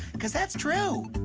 cause that's true.